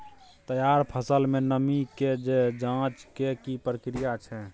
तैयार फसल में नमी के ज जॉंच के की प्रक्रिया छै?